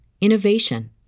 innovation